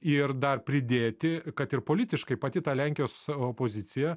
ir dar pridėti kad ir politiškai pati ta lenkijos opozicija